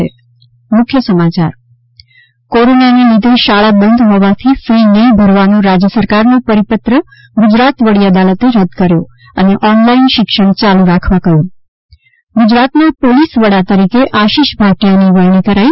ત કોરોનાને લીધે શાળા બંધ હોવાથી ફી નહીં ભરવાનો રાજ્ય સરકાર નો પરિપત્ર ગુજરાત વડી અદાલતે રદ કર્યો અને ઓનલાઈન શિક્ષણ ચાલુ રાખવા કહ્યું ગુજરાતના પોલિસ વડા તરીકે આશિષ ભાટિયાની વરણી કરાઈ